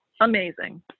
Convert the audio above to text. Amazing